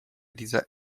dieser